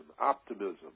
optimism